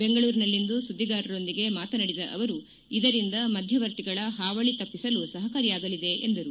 ಬೆಂಗಳೂರಿನಲ್ಲಿಂದು ಸುದ್ದಿಗಾರರೊಂದಿಗೆ ಮಾತನಾಡಿದ ಅವರು ಇದರಿಂದ ಮಧ್ಯವರ್ತಿಗಳ ಹಾವಳಿ ತಪ್ಪಿಸಲು ಸಹಕಾರಿಯಾಗಲಿದೆ ಎಂದರು